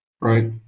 right